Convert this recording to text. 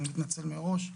אני מתנצל מראש.